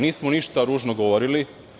Nismo ništa ružno govorili.